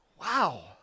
Wow